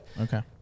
Okay